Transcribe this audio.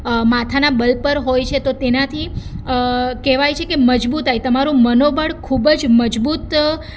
માથાના બલ પર હોય છે તો તેનાથી કહેવાય છે કે મજબૂતાઈ તમારું મનોબળ ખૂબ જ મજબૂત